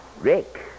Rick